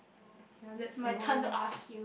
ya that's annoying